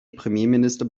premierminister